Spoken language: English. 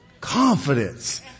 Confidence